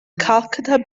calcutta